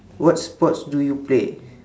what sports do you play